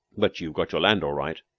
but you've got your land all right?